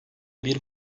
bir